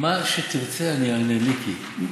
מה שתרצה אני אענה, מיקי.